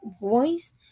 voice